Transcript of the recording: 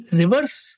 reverse